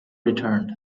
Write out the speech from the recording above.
returned